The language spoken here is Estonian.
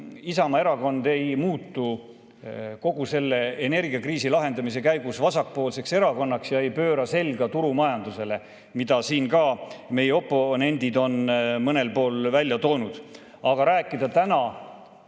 Isamaa Erakond ei muutu kogu selle energiakriisi lahendamise käigus vasakpoolseks erakonnaks ja ei pööra selga turumajandusele, mida meie oponendid on mõnel pool välja toonud. Aga rääkida täna